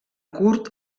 curt